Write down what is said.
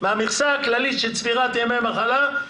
מהמכסה הכללית של צבירת ימי מחלה.